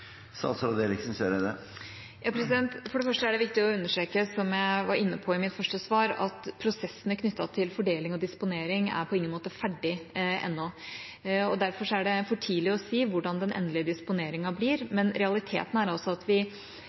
For det første er det viktig å understreke, som jeg var inne på i mitt første svar, at prosessene knyttet til fordeling og disponering på ingen måte er ferdige ennå. Derfor er det for tidlig å si hvordan den endelige disponeringen blir, men realiteten er at vi